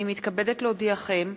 הנני מתכבדת להודיעכם,